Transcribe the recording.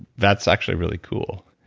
that's actually really cool.